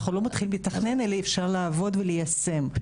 אנחנו לא מתחילים לתכנן אלא אפשר לעבוד וליישם,